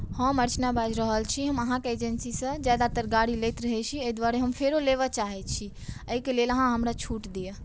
हम अर्चना बाजि रहल छी हम अहाँके एजेंसीसँ ज्यादातर गाड़ी लैत रहैत छी एहिद्वारे हम फेरो लेबय चाहै छी एहिके लेल अहाँ हमरा छूट दिअ